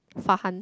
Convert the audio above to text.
Farhan